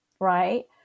right